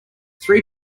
three